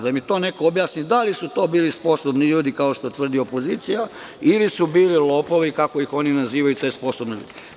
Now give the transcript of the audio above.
Neka mi to neko objasni - da li su to bili sposobni ljudi, kao što tvrdi opozicija, ili su bili lopovi, kako oni nazivaju te sposobne ljude.